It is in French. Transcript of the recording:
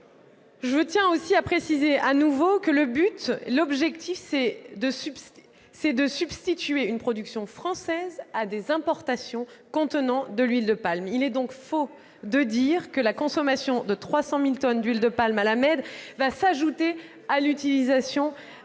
Je tiens aussi à préciser à nouveau que l'objectif est de substituer une production française à des importations contenant de l'huile de palme. Il est donc faux de dire que la consommation de 300 000 tonnes d'huile de palme à La Mède va s'ajouter à l'utilisation